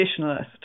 traditionalist